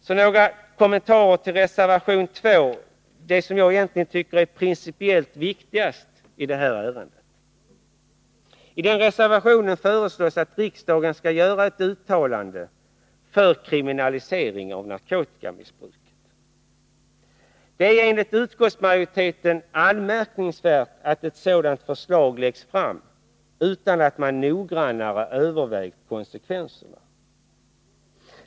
Så några kommentarer till reservation nr 2, som jag tycker är principiellt viktigast i det här ärendet. I den reservationen föreslås att riksdagen skall göra ett uttalande för kriminalisering av narkotikamissbruk. Det är enligt utskottsmajoriteten anmärkningsvärt att ett sådant förslag läggs fram utan att man noggrannare övervägt konsekvenserna.